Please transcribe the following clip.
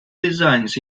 designs